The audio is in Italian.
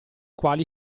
quali